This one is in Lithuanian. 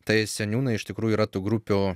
tai seniūnai iš tikrųjų yra tų grupių